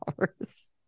hours